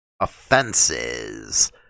Offenses